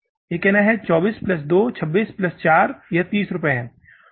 यह कहना है 24 प्लस 2 26 प्लस 4 यह 30 रुपये है